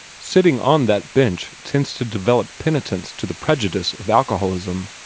sitting on that bench tends to develop penitence to the prejudice of alcoholism.